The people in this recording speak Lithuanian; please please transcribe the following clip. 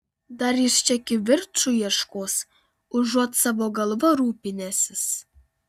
dar jis čia kivirču ieškos užuot savo galva rūpinęsis